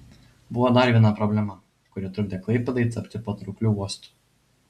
buvo dar viena problema kuri trukdė klaipėdai tapti patraukliu uostu